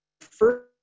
first